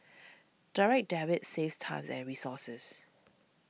direct Debit saves time and resources